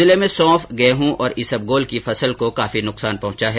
जिले में सौंफ गेहूं और ईसबगोल की फसल को नुकसान पहुंचा है